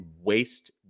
waste